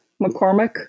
McCormick